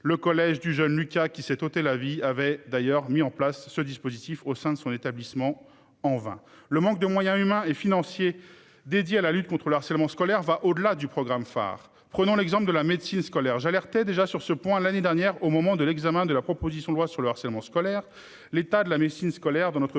Le collège du jeune Lucas qui s'est ôté la vie avait d'ailleurs mis en place ce dispositif au sein de son établissement en vain le manque de moyens humains et financiers dédiés à la lutte contre le harcèlement scolaire va au-delà du programme phare, prenons l'exemple de la médecine scolaire j'alertait déjà sur ce point l'année dernière au moment de l'examen de la proposition de loi sur le harcèlement scolaire. L'état de la médecine scolaire dans notre